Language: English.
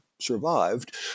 survived